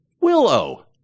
Willow